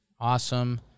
Awesome